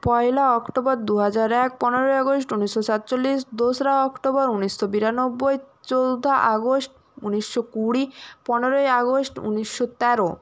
পয়লা অক্টোবর দু হাজার এক পনেরোই আগস্ট ঊনিশশো সাতচল্লিশ দোসরা অক্টোবর ঊনিশশো বিরানব্বই চৌঠা আগস্ট ঊনিশশো কুড়ি পনেরোই আগস্ট ঊনিশশো তেরো